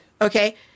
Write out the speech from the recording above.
Okay